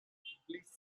please